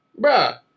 bruh